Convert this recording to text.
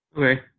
Okay